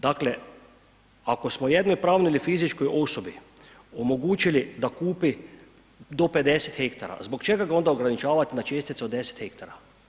Dakle, ako smo jednoj pravnoj ili fizičkoj osobi omogućili da kupi do 50 hektara, zbog čega ga onda ograničavat na česticu od 10 hektara?